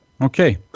Okay